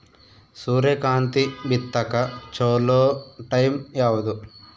ಸೂರ್ಯಕಾಂತಿ ಬಿತ್ತಕ ಚೋಲೊ ಟೈಂ ಯಾವುದು?